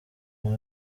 uwo